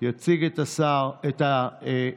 יירשם בפרוטוקול.